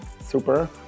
super